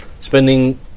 Spending